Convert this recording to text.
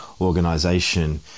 organization